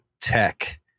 tech